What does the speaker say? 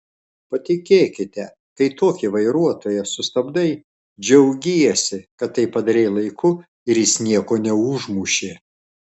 patikėkite kai tokį vairuotoją sustabdai džiaugiesi kad tai padarei laiku ir jis nieko neužmušė